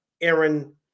Aaron